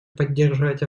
поддерживать